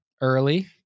early